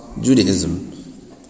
Judaism